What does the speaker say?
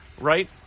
right